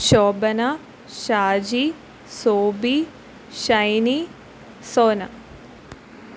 Shobhana Shaji Sobi Shiny Sona